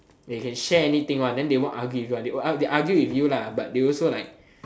they can share anything then they won't argue with you one they will argue with you but they also like